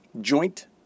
joint